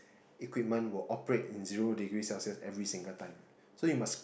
equipment will operate in zero degree Celsius every single time so you must